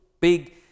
big